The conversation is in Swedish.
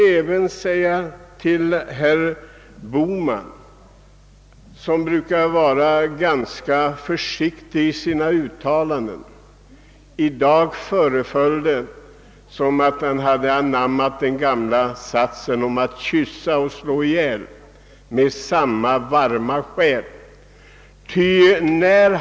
Herr Bohman brukar vara ganska försiktig i sina uttalanden, men i dag verkade det som om han ville ta efter Kulneff i Fänrik Ståls sägner som kysste och slog ihjäl med samma varma själ.